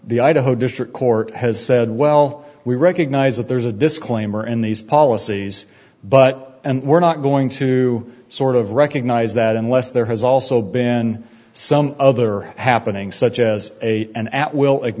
the idaho district court has said well we recognize that there's a disclaimer in these policies but and we're not going to sort of recognize that unless there has also been some other happening such as a an at will